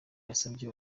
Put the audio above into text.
yasabye